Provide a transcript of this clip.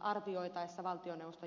arvioitaessa valtioneuvoston jäsenen toimintaa